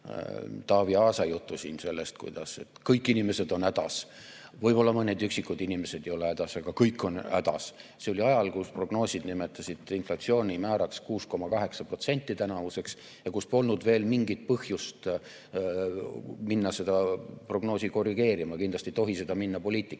Taavi Aasa juttu siin sellest, kuidas kõik inimesed on hädas, võib-olla mõned üksikud inimesed ei ole hädas, aga kõik on hädas. See oli ajal, kui prognoosid pakkusid tänavuseks inflatsioonimääraks 6,8% ja kui polnud veel mingit põhjust minna seda prognoosi korrigeerima. Kindlasti ei tohi seda minna